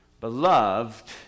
beloved